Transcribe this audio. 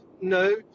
No